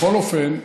בכל אופן,